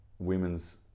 Women's